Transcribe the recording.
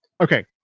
Okay